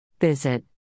Visit